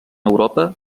europa